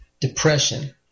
depression